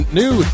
new